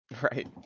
right